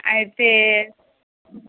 అయితే